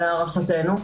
להערכתנו.